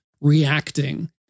reacting